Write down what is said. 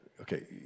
okay